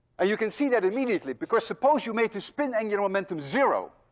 ah you can see that immediately, because suppose you make the spin angular momentum zero,